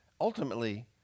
ultimately